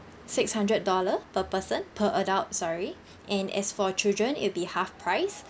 six hundred dollar per person per adult sorry and as for children it'll be half price